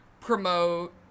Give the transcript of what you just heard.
promote